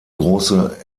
große